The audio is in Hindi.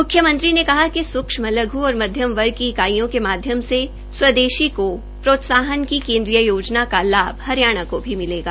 मुख्यमंत्री ने कहा कि सुक्ष्म लघ् आर मध्यम वर्ग की इकाइयों के माध्यम से स्वदेशी को प्रोत्साहन की केन्द्रीय योजना का लाभ हरियाणा को भी होगा